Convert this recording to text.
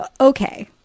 okay